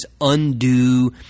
undue